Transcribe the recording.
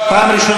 פעם ראשונה.